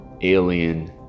alien